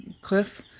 cliff